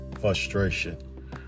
frustration